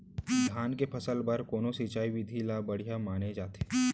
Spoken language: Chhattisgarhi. धान के फसल बर कोन सिंचाई विधि ला बढ़िया माने जाथे?